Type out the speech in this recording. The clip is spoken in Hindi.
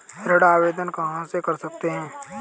ऋण आवेदन कहां से कर सकते हैं?